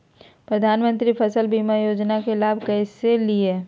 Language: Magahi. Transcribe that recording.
प्रधानमंत्री फसल बीमा योजना के लाभ कैसे लिये?